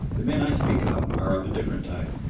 the men i speak of are of a different type.